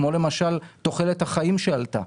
כמו למשל תוחלת החיים שעלתה.